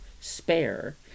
Spare